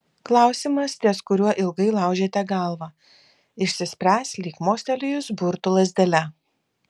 klausimas ties kuriuo ilgai laužėte galvą išsispręs lyg mostelėjus burtų lazdele